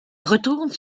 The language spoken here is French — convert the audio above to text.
retourne